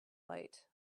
light